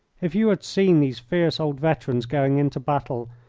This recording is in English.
if you had seen these fierce old veterans going into battle,